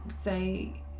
say